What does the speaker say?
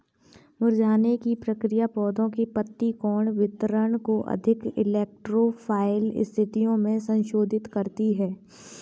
मुरझाने की प्रक्रिया पौधे के पत्ती कोण वितरण को अधिक इलेक्ट्रो फाइल स्थितियो में संशोधित करती है